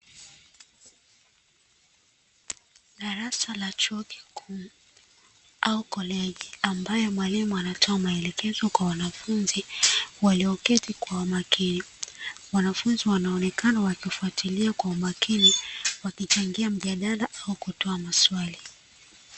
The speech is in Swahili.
Darasa la chuo kikuu au collage, ambaye mwalimu anatoa maelekezo kwa wanafunzi walioketi kwa umakini, wanafunzi wanaonekana wakifatilia kwa umakini wakichangia mjadala au kuuliza swali.